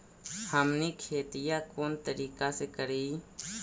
हमनी खेतीया कोन तरीका से करीय?